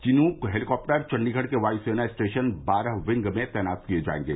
Chinook helicopter Chandigarh के वायु सेना स्टेशन बारह विंग में तैनात किये जाएंगे